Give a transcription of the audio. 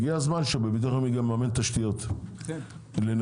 הגיע הזמן שביטוח לאומי יממן תשתיות לנכים.